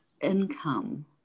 income